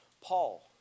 Paul